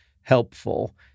helpful